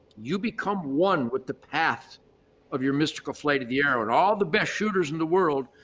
you become one with the path of your mystical flight of the arrow and all the best shooters in the world,